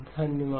धन्यवाद